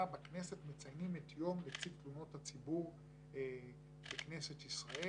בכנסת מציינים את יום נציב תלונות הציבור בכנסת ישראל.